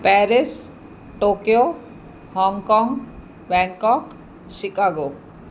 Paris Tokyo Hong Kong Bangkok Chicago